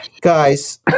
Guys